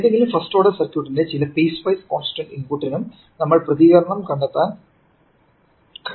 ഏതെങ്കിലും first order സർക്യുട്ടിന്റെ ചില പീസ് വൈസ് കോൺസ്റ്റന്റ് ഇൻപുട്ടിനും നമുക്ക് പ്രതികരണം കണ്ടെത്താൻ കഴിയും